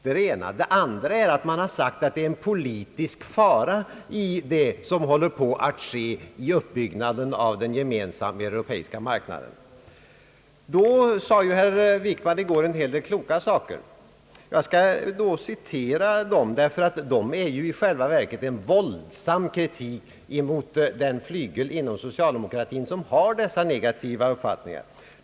Man har också sagt att det är en politisk fara i det som håller på att ske i uppbyggnaden av den gemensamma europeiska marknaden. Herr Wickman sade i går en del kloka saker som jag skall be att få citera, därför att de i själva verket är en våldsam kritik mot den flygel inom socialdemokratin som har dessa negativa uppfattningar.